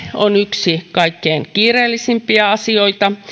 on yksi kaikkein kiireellisimpiä asioita